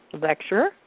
lecturer